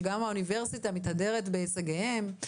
שגם האוניברסיטה מתהדרת בהישגיהם.